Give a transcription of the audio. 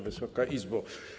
Wysoka Izbo!